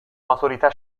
maturità